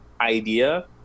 idea